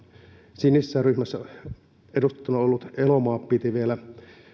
sinisessä ryhmässä edustajana ollut elomaa piti vielä